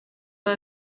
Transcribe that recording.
aba